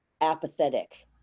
apathetic